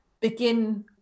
begin